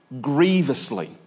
grievously